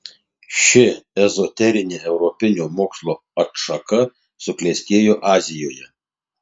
ši ezoterinė europinio mokslo atšaka suklestėjo azijoje